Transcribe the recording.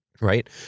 Right